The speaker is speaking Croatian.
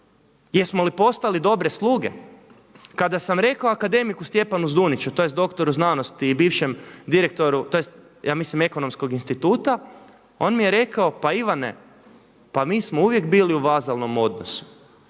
Jesmo li postali dobre sluge? Kada sam rekao akademiku Stjepanu Zduniću, tj. dr. znanosti i bivšem direktoru, tj. ja mislim Ekonomskog instituta on mi je rekao pa Ivane pa mi smo uvijek bili u vazalnom odnosu